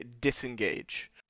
disengage